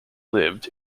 lived